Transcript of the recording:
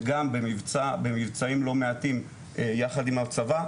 וגם במבצעים לא מעטים יחד עם הצבא,